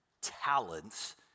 talents